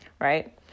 right